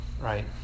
right